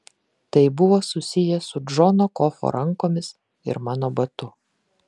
tai buvo susiję su džono kofio rankomis ir mano batu